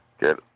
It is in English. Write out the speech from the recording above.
get